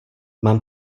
mám